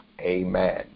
Amen